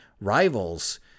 rivals